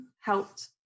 helped